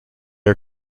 are